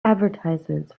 advertisements